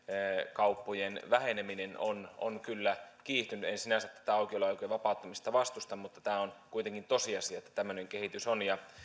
kauppojen väheneminen on on kyllä kiihtynyt en sinänsä tätä aukioloaikojen vapauttamista vastusta mutta tämä on kuitenkin tosiasia että tämmöinen kehitys on ja